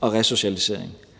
og resocialisering.